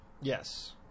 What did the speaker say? Yes